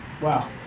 Wow